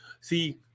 See